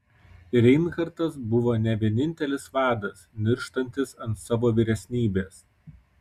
reinhartas buvo ne vienintelis vadas nirštantis ant savo vyresnybės